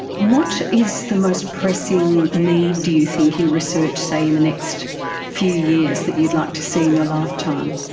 what is the most pressing need, do you think, in research, say, in the next few years that you'd like to see in your lifetime?